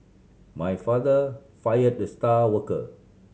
my father fire the star worker